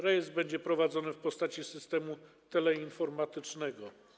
Rejestr będzie prowadzony w postaci systemu teleinformatycznego.